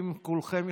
אתם כולכם יכולים,